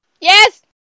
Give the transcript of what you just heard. Yes